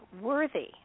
worthy